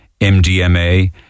MDMA